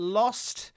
lost